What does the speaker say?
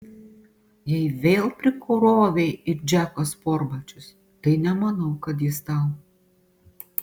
jei vėl prikrovei į džeko sportbačius tai nemanau kad jis tau